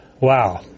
Wow